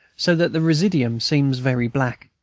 so that the residuum seems very black.